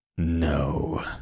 No